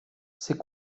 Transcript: c’est